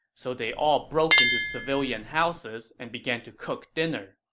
so they all broke into civilian houses and began to cook dinner,